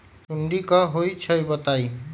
सुडी क होई छई बताई?